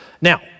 Now